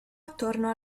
attorno